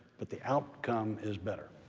but the outcome is better.